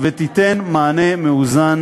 ותיתן מענה מאוזן